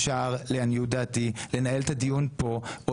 לעניות דעתי אי אפשר לנהל את הדיון כאן או